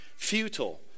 Futile